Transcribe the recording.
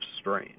strain